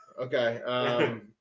Okay